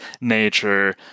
nature